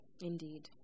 Indeed